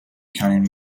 cunning